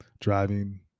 Driving